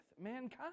mankind